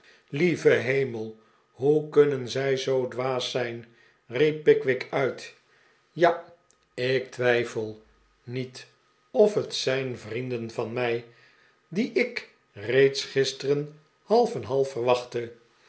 lieve hemel hoe kunnen zij zoo dwaas zijn riep pickwick uit ja ik twijfel niet of het zijn vrienden van mij die ik gisteren reeds half en half